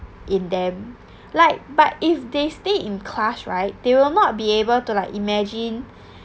in them like but if they stay in class right they will not be able to like imagine